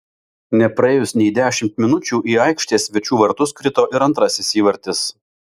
nepraėjus nei dešimt minučių į aikštės svečių vartus krito ir antrasis įvartis